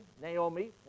Naomi